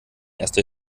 erste